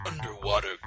underwater